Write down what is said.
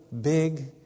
big